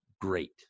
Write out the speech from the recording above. great